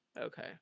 Okay